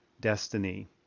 destiny